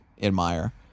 admire